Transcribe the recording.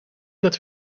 dat